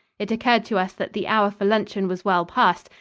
it occurred to us that the hour for luncheon was well past,